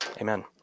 amen